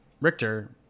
Richter